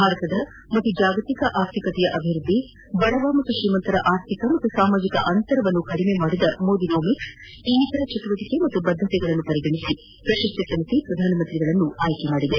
ಭಾರತದ ಮತ್ತು ಜಾಗತಿಕ ಆರ್ಥಿಕತೆಯ ಅಭಿವೃದ್ಧಿ ಬಡವ ಹಾಗೂ ್ರೀಮಂತರ ಆರ್ಥಿಕ ಹಾಗೂ ಸಾಮಾಜಿಕ ಅಂತರವನ್ನು ಕಡಿಮೆ ಮಾಡಿದ ಮೋದಿಸೋಮಿಕ್ಸ್ ಇನ್ನಿತರ ಚಟುವಟಕೆ ಹಾಗೂ ಬದ್ದತೆಯನ್ನು ಪರಿಗಣಿಸಿ ಪ್ರಶಸ್ತಿ ಸಮಿತಿ ಪ್ರಧಾನಮಂತ್ರಿ ಮೋದಿ ಅವರನ್ನು ಆಯ್ಲೆ ಮಾಡಿದೆ